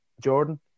Jordan